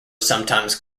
sometimes